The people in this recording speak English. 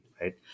right